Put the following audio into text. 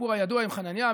הסיפור הידוע עם חנניה,